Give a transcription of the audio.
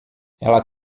ela